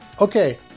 Okay